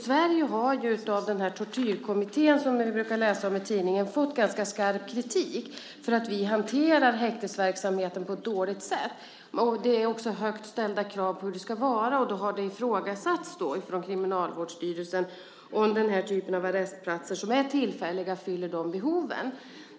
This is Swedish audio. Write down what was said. Sverige har ju av den tortyrkommitté som vi kan läsa om i tidningen fått ganska skarp kritik för att vi hanterar häktesverksamheten på ett dåligt sätt. Det är också högt ställda krav på hur det ska vara. Det har från Kriminalvårdsstyrelsen ifrågasatts om den här typen av tillfälliga arrestplatser fyller behoven.